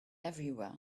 everywhere